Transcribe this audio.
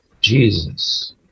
Jesus